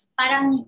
parang